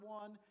one